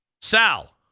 sal